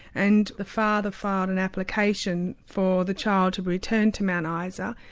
and the father filed an application for the child to return to mount isa,